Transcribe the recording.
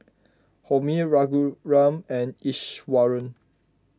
Homi Raghuram and Iswaran